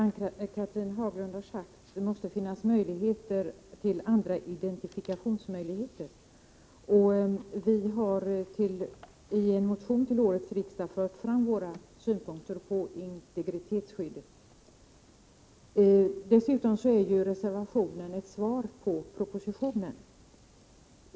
Fru talman! Som Ann-Cathrine Haglund sagt måste det finnas andra identifikationsmöjligheter. Vi har i en motion till årets riksmöte fört fram våra synpunkter på integritetsskyddet. Dessutom är reservationen ett svar på propositionen.